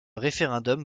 référendum